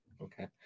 okay